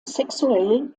sexuell